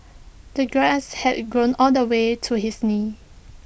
the grass had grown all the way to his knees